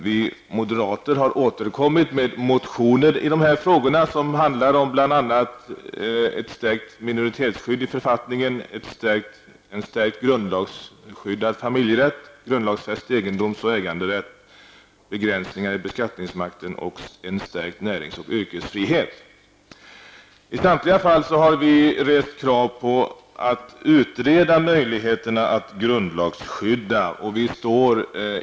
Vi moderater har återkommit med motioner i dessa frågor, som bl.a. handlar om stärkt minoritetsskydd i författningen, stärkt grundlagsskyddad familjerätt, grundlagsfäst egendoms och äganderätt, begränsningar i beskattningsmakten och en stärkt närings och yrkesfrihet. I samtliga fall har vi rest krav på att möjligheterna att grundlagsskydda skall utredas.